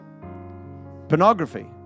pornography